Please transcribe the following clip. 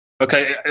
Okay